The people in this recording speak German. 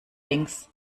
links